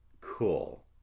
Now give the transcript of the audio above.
cool